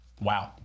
wow